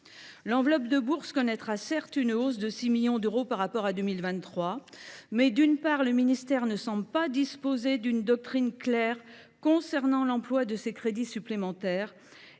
L’enveloppe de bourses connaîtra certes une hausse de 6 millions d’euros par rapport à 2023, mais, d’une part, le ministère ne semble pas disposer d’une doctrine claire concernant l’emploi de ces crédits supplémentaires,